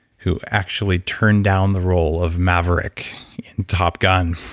who actually turned down the role of maverick in top gun,